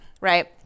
Right